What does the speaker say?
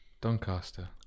Doncaster